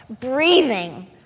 breathing